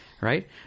right